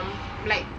um like